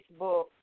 Facebook